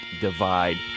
Divide